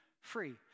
free